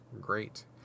great